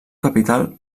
capital